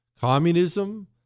Communism